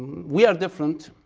we are different,